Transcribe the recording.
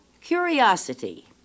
Curiosity